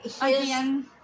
Again